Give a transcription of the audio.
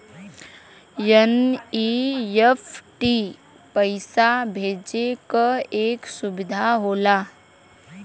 NEFT पइसा भेजे क एक सुविधा होला